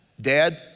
Dad